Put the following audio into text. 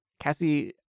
Cassie